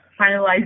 finalize